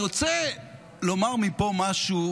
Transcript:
אני רוצה לומר מפה משהו